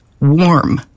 warm